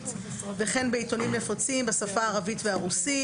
וכן בעיתונים נפוצים בשפה הערבית והרוסית,